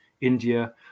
India